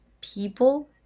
people